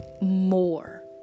more